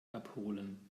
abholen